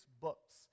books